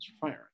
firing